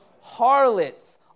Harlots